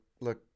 look